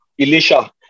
Elisha